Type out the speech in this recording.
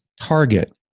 target